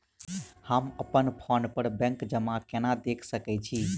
हम अप्पन फोन पर बैंक जमा केना देख सकै छी?